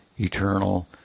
eternal